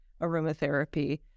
aromatherapy